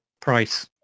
price